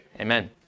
amen